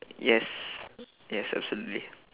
yes yes absolutely